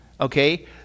okay